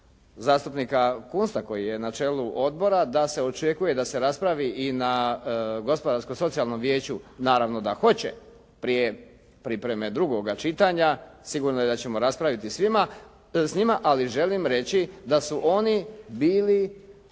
zastupnika Kunsta koji je na čelu odbora da se očekuje da se raspravi i na Gospodarsko-socijalnom vijeću, naravno da hoće prije pripreme drugoga čitanja, sigurno da ćemo raspraviti s njima, ali želim reći da su oni bili